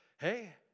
Hey